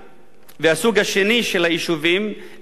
הסוג השני של היישובים, אלה יישובים